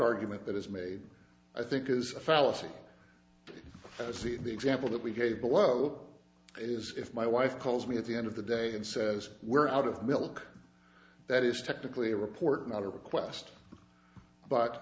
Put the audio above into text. argument that is made i think is a fallacy i see in the example that we gave below it is if my wife calls me at the end of the day and says we're out of milk that is technically a report not a request but